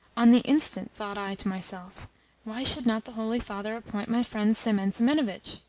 on the instant thought i to myself why should not the holy father appoint my friend semen semenovitch?